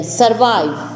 survive